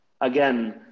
again